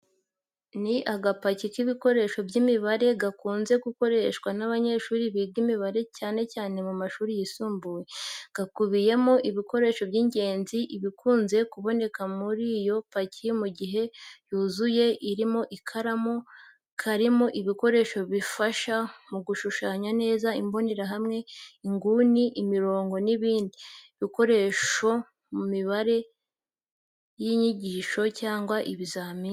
Ni agapaki k’ibikoresho by’imibare gakunze gukoreshwa n’abanyeshuri biga imibare cyane cyane mu mashuri yisumbuye. Gakubiyemo ibikoresho by’ingenzi. Ibikunze kuboneka muri iyo paki mu gihe yuzuye, irimo ikaramu. Karimo ibikoresho bifasha mu gushushanya neza imbonerahamwe, inguni, imirongo n’ibindi bikoreshwa mu mibare y’inyigisho cyangwa ibizamini.